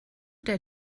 der